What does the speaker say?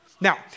Now